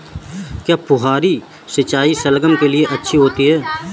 क्या फुहारी सिंचाई शलगम के लिए अच्छी होती है?